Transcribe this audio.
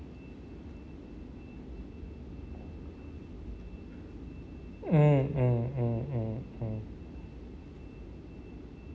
mm mm mm mm mm